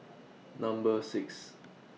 Number six